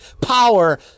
power